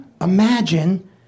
Imagine